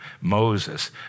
Moses